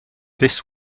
this